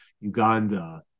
Uganda